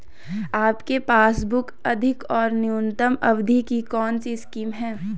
आपके पासबुक अधिक और न्यूनतम अवधि की कौनसी स्कीम है?